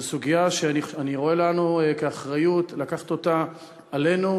זו סוגיה שאני רואה כאחריות שלנו לקחת אותה עלינו,